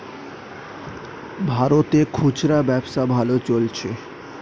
ভারতে খুচরা ব্যবসা ভালো চলছে